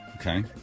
Okay